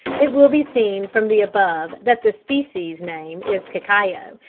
it will be seen from the above that the species-name is cacao,